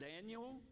Daniel